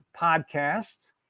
podcast